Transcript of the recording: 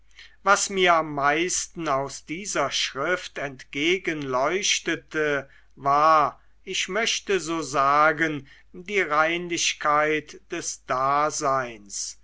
was mir am meisten aus dieser schrift entgegenleuchtete war ich möchte so sagen die reinlichkeit des daseins